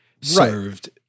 served